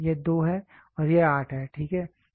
यह 2 है और यह 8 है ठीक है